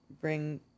bring